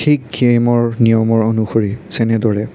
ঠিক গেমৰ নিয়মৰ অনুসৰি যেনেদৰে